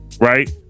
right